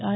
I